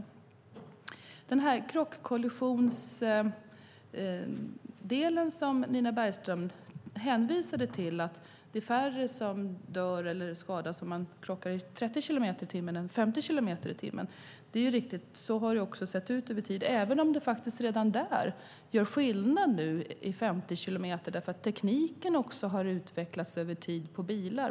När det gäller den del om krock och kollisioner som Stina Bergström hänvisade till och att det är färre som dör eller skadas om man krockar i 30 kilometer i timmen än i 50 kilometer i timmen är det riktigt. Så har det sett ut över tid. Redan där gör det nu skillnad vid 50 kilometer eftersom tekniken har utvecklats över tid för bilar.